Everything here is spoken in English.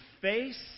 face